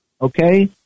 Okay